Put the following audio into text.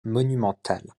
monumental